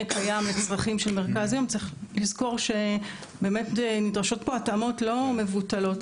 קיים לצרכים של מרכז יום צריך לזכור שבאמת נדרשות התאמות לא מבוטלות